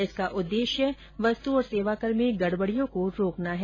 इसका उद्देश्य वस्तु और सेवाकर में गड़बडियों को रोकना है